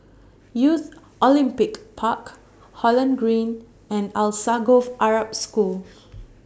Youth Olympic Park Holland Green and Alsagoff Arab School